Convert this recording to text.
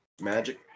Magic